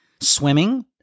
Swimming